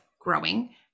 growing